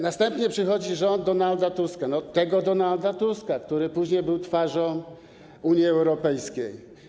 Następnie przyszedł rząd Donalda Tuska, tego Donalda Tuska, który później był twarzą Unii Europejskiej.